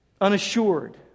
unassured